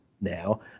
now